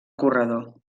corredor